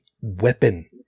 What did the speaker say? weapon